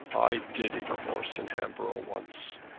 i did eat a horse in hamboro' once.